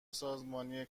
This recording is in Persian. سازمانی